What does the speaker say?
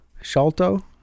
Sholto